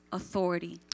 authority